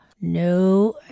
No